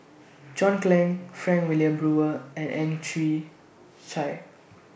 John Clang Frank Wilmin Brewer and Ang Chwee Chai